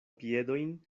piedojn